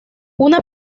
una